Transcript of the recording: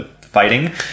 fighting